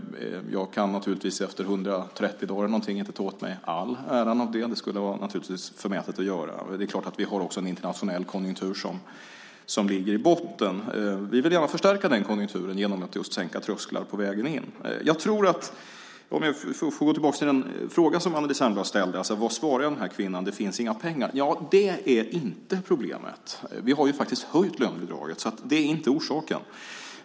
Jag kan inte efter ca 130 dagar ta åt mig all ära av det. Det skulle det naturligtvis vara förmätet att göra. Vi har också en hög internationell konjunktur som ligger i botten. Vi vill gärna förstärka den konjunkturen genom att just sänka trösklar på vägen in. För att gå tillbaka till den fråga som Anneli Särnblad ställde om vad jag svarar kvinnan på att det inte finns några pengar. Ja, det är inte problemet. Vi har faktiskt höjt lönebidraget, så det är inte orsaken.